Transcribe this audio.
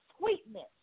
sweetness